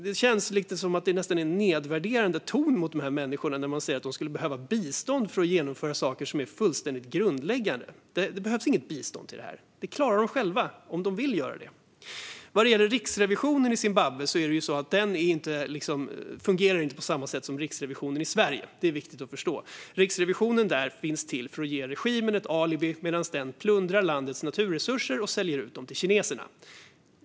Det känns nästan lite nedvärderande mot dessa människor att man säger att de skulle behöva bistånd för att genomföra saker som är fullständigt grundläggande. Det behövs inget bistånd. De klarar det själva - om de vill göra det. Vad gäller riksrevisionen i Zimbabwe fungerar den ju inte på samma sätt som Riksrevisionen i Sverige. Det är viktigt att förstå. Riksrevisionen där finns till för att ge regimen ett alibi medan den plundrar landets naturresurser och säljer ut dem till kineserna.